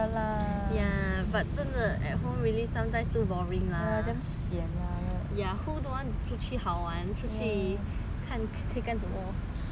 home really sometimes too boring lah who don't want to 出去好玩出去看可以干什么